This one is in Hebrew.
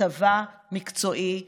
צבא מקצועי בשכר.